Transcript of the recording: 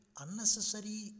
Unnecessary